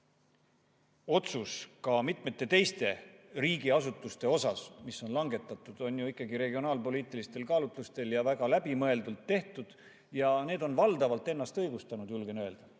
otsus ka mitmete teiste riigiasutuste puhul, mis on langetatud, on ju ikkagi regionaalpoliitilistel kaalutlustel väga läbimõeldult tehtud. Ja need on valdavalt ennast õigustanud. Näiteks